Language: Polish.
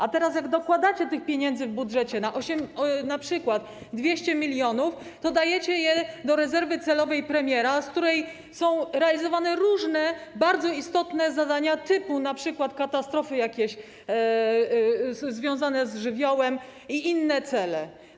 A teraz jak dokładacie te pieniądze w budżecie, np. 200 mln zł, to dajecie je do rezerwy celowej premiera, z której są realizowane różne bardzo istotne zadania typu: jakieś katastrofy związane z żywiołem i inne cele.